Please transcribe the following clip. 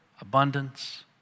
abundance